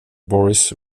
boris